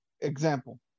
example